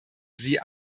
sie